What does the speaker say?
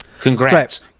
congrats